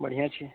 बढ़िआँ छी